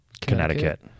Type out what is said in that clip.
Connecticut